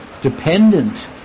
dependent